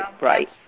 right